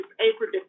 April